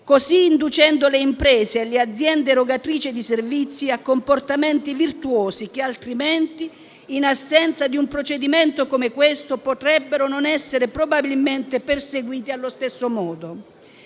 così inducendo le imprese e le aziende erogatrici di servizi a comportamenti virtuosi che altrimenti, in assenza di un procedimento come questo, potrebbero non essere probabilmente perseguiti allo stesso modo.